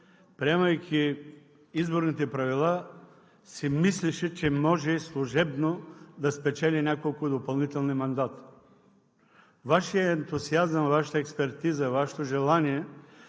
приемайки изборните правила, си мислеше, че може служебно да спечели няколко допълнителни мандата. Вашият ентусиазъм, Вашата експертиза, Вашето желание